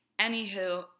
Anywho